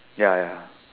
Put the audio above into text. ya ya